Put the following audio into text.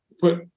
put